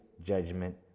judgment